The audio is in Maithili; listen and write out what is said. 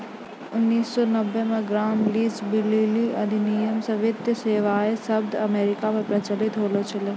उन्नीस सौ नब्बे मे ग्राम लीच ब्लीली अधिनियम से ही वित्तीय सेबाएँ शब्द अमेरिका मे प्रचलित होलो छलै